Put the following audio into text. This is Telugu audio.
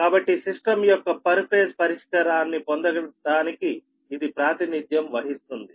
కాబట్టి సిస్టమ్ యొక్క పర్ ఫేజ్ పరిష్కారాన్ని పొందటానికి ఇది ప్రాతినిధ్యం వహిస్తుంది